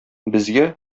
безгә